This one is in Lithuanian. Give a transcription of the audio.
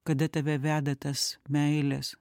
kada tave veda tas meilės